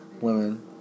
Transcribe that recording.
women